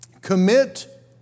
Commit